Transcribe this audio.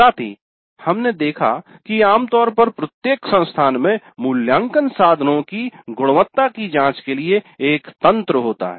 साथ ही हमने देखा है कि आमतौर पर प्रत्येक संस्थान में मूल्यांकन साधनों की गुणवत्ता की जांच के लिए एक तंत्र होता है